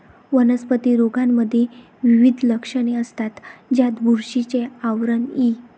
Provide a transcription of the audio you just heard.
वनस्पती रोगांमध्ये विविध लक्षणे असतात, ज्यात बुरशीचे आवरण इ